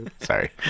sorry